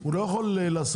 הוא לא יכול לעשות